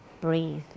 breathe